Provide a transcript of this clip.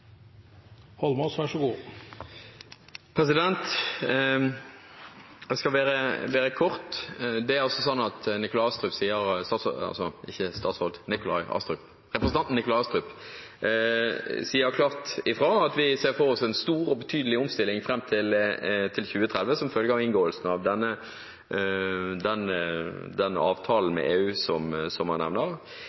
sånn at representanten Nikolai Astrup sier klart ifra at de ser for seg en stor og betydelig omstilling fram til 2030 som følge av inngåelsen av den avtalen med EU som